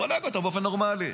מפלג אותה באופן נורמלי.